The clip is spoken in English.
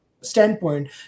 standpoint